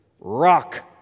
rock